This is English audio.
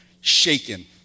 shaken